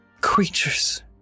creatures